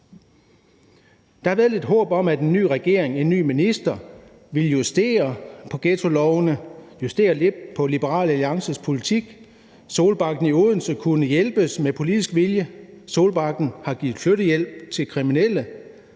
Der har været lidt håb om, at en ny regering, en ny minister ville justere på ghettolovene, justere lidt på Liberal Alliances politik. Solbakken i Odense kunne hjælpes med politisk vilje. Solbakken har givet flyttehjælp til kriminelle,